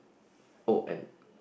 oh and